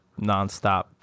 nonstop